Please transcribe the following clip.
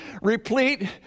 replete